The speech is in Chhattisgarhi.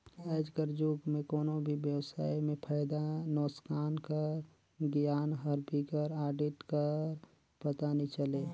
आएज कर जुग में कोनो भी बेवसाय में फयदा नोसकान कर गियान हर बिगर आडिट कर पता नी चले